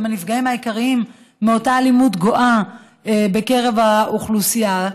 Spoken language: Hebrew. הם הנפגעים העיקריים מאותה אלימות גואה בקרב האוכלוסייה.